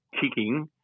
kicking